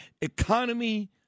economy